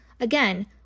Again